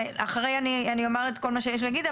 אחרי שאני אומר את כל מה שיש לי להגיד,